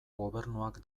gobernuak